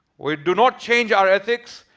we do not change our ethics.